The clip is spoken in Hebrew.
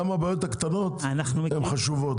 גם הבעיות הקטנות הן חשובות,